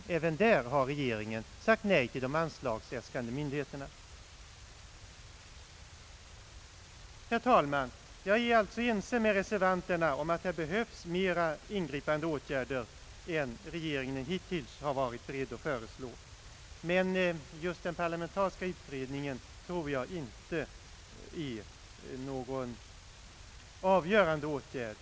Även där har regeringen sagt nej till de anslagsäskande myndigheterna. Herr talman! Jag är alltså ense med reservanterna om att det här behövs mer ingripande åtgärder än regeringen har varit beredd att föreslå, men jag tror inte att just den parlamentariska utredningen innebär någon avgörande åtgärd.